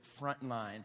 Frontline